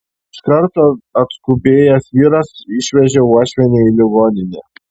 iš karto atskubėjęs vyras išvežė uošvienę į ligoninę